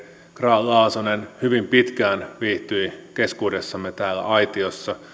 grahn laasonen hyvin pitkään viihtyi keskuudessamme täällä aitiossa